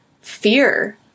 fear